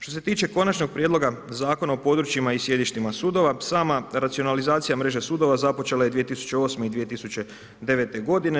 Što se tiče Konačnog prijedloga zakona o područjima i sjedištima sudova, sama racionalizacija mreže sudova započela je 2008. i 2009. godine.